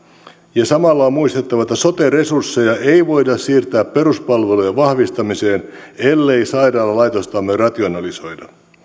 ja samalla on muistettava että sote resursseja ei voida siirtää peruspalvelujen vahvistamiseen ellei sairaalalaitostamme rationalisoida